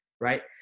right